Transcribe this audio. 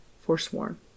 forsworn